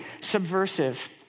subversive